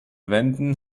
wänden